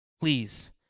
please